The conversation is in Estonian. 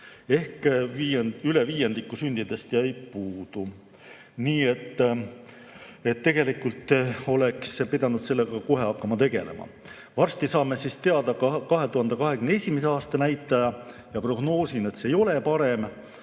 ehk üle viiendiku sündidest jäi puudu. Nii et tegelikult oleks pidanud sellega kohe hakkama tegelema. Varsti saame teada 2021. aasta näitaja ja prognoosin, et see ei ole parem.